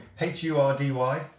H-U-R-D-Y